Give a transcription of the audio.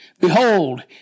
Behold